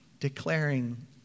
declaring